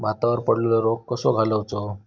भातावर पडलेलो रोग कसो घालवायचो?